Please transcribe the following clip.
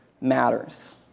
matters